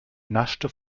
naschte